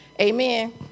Amen